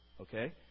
Okay